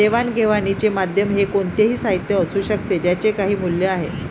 देवाणघेवाणीचे माध्यम हे कोणतेही साहित्य असू शकते ज्याचे काही मूल्य आहे